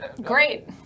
Great